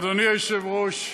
אדוני היושב-ראש,